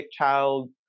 child